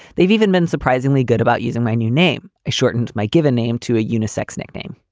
they've even been surprisingly good about using my new name, shortened my given name to a unisex nickname.